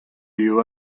you